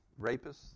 rapists